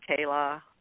Kayla